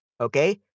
okay